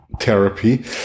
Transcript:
therapy